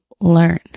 learn